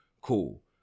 Cool